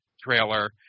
trailer